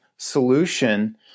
solution